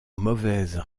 mauvaises